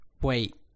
Wait